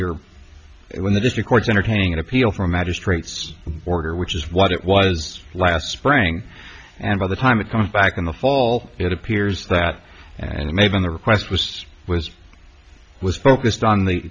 you're in the district court entertaining an appeal for a magistrate's order which is what it was last spring and by the time it comes back in the fall it appears that and maybe in the request was was was focused on the